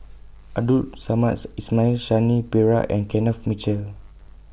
Abdul Samad's Ismail Shanti Pereira and Kenneth Mitchell